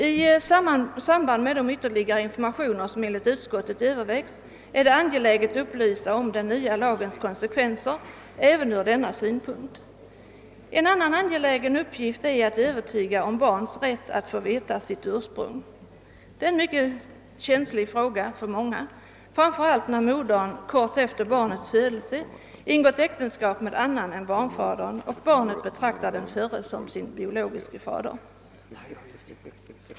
I samband med de ytterligare informationer som man enligt utskottet överväger att ge, är det angeläget att lämna upplysning om den nya lagens konsekvenser även från denna synpunkt. En annan angelägen uppgift är att övertyga allmänheten om barns rätt att få kännedom om sitt ursprung. Detta är en mycket känslig fråga för många, framför allt när modern kort efter barnets födelse ingått äktenskap med annan man än barnafadern och barnet betraktar den förre som sin biologiske fader.